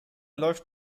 läuft